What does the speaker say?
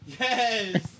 Yes